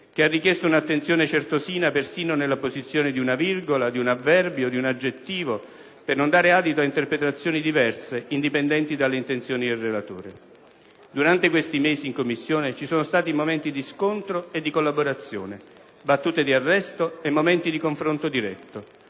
che ha richiesto un'attenzione certosina persino nell'apposizione di una virgola, di un avverbio, di un aggettivo, per non dare adito a interpretazioni diverse, indipendenti dalle intenzioni del relatore. Durante questi mesi in Commissione ci sono stati momenti di scontro e di collaborazione, battute di arresto e momenti di confronto diretto.